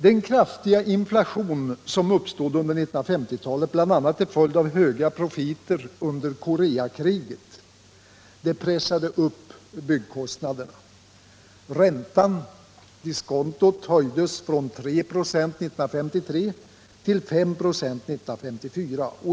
Den kraftiga inflation som uppstod under 1950-talet, bl.a. till följd av höga profiter under Koreakriget, pressade upp byggkostnaderna. Räntan, diskontot, höjdes från 3 926 1953 till 5 96 1954.